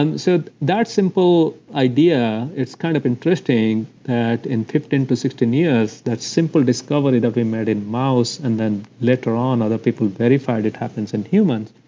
and so that simple idea it's kind of interesting that in fifteen to sixteen years that simple discovery that we made in mouse, and then later on other people verified it happens in humans,